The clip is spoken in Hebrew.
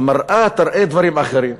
המראה תראה דברים אחרים.